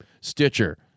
Stitcher